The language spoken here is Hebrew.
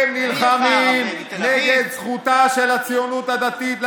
מבחינתכם אין בית מדרש אורתודוקסי של הציונות הדתית,